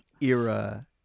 era